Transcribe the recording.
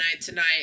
tonight